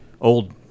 old